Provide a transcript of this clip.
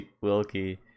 Wilkie